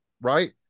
right